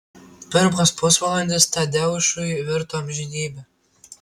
pirmas pusvalandis tadeušui virto amžinybe